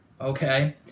okay